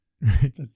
Right